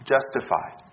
Justified